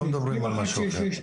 אנחנו לא מדברים על משהו אחר.